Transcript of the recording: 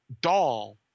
doll